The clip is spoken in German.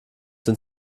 den